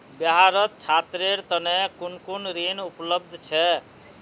बिहारत छात्रेर तने कुन कुन ऋण उपलब्ध छे